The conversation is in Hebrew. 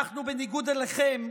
בניגוד אליכם,